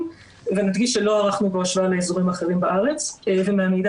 ונדגיש שלא ערכנו בו השוואה לישובים אחרים בארץ ומהמידע